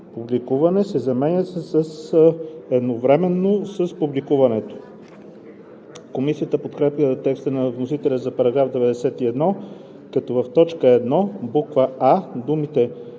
публикуване“ се заменят с „едновременно с публикуването“. Комисията подкрепя текста на вносителя за § 91, като в т. 1, буква „а“ думите